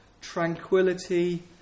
tranquility